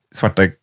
svarta